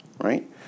Right